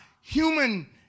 human